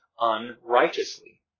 unrighteously